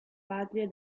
patria